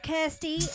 Kirsty